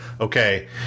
Okay